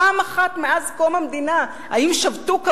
פעם אחת מאז קום המדינה האם שבתו כבאים?